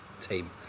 team